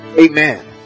Amen